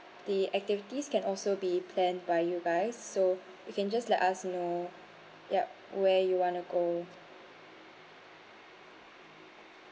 the activities can also be planned by you guys so you can just let us know yup where you wanna go